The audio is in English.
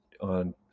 on